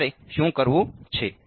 તો મારે શું કરવું છે